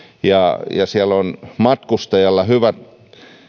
ja siellä on matkustajalla hyvät